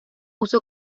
uso